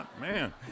Man